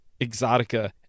Exotica